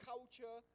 culture